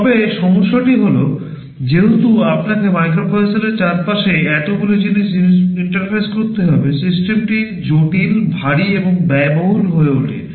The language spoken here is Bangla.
তবে সমস্যাটি হল যেহেতু আপনাকে মাইক্রোপ্রসেসরের চারপাশে এতগুলি জিনিস ইন্টারফেস করতে হবে সিস্টেমটি জটিল ভারী এবং ব্যয়বহুল হয়ে ওঠে